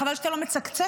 חבל שאתה לא מצקצק,